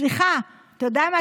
סליחה, אתה יודע מה?